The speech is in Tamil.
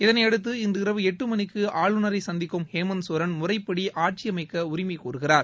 இதனையடுத்து இன்று இரவு எட்டுமணிக்கு ஆளுநரை சந்திக்கும் ஹேமந்த் சோரன் முறைப்படி ஆட்சி அமைக்க உரிமை கோருகிறார்